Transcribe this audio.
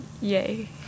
yay